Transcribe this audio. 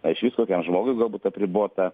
na išvis kokiam žmogui galbūt apribota